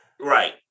Right